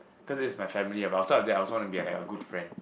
cause this is my family about so that I was want to be like a good friend